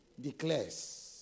declares